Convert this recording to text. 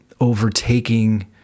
overtaking